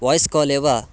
वाय्स् काले एव